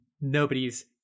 nobody's